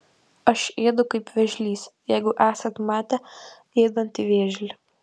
aš ėdu kaip vėžlys jeigu esat matę ėdantį vėžlį